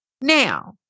Now